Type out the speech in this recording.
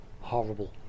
horrible